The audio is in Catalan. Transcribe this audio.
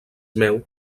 meu